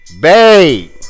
babe